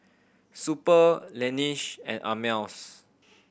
Super Laneige and Ameltz